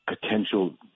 potential